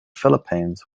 philippines